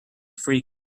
free